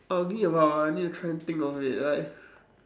uh give me a while I need to try and think of it like